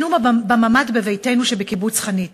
ישנו בממ"ד בביתנו שבקיבוץ חניתה.